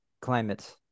climate